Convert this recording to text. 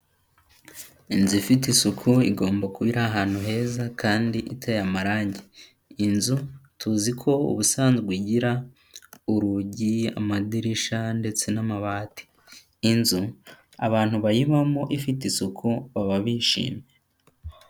Inzu ifite isuku, igomba kuba iri ahantu heza kandi iteye amarangi. Inzu tuzi ko ubusanzwe igira; urugi, amadirishya, ndetse n'amabati. Inzu abantu bayibamo ifite isuku baba bishimye.